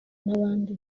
n’abandi